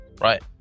right